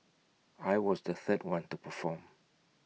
I was the third one to perform